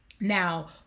Now